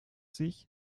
sich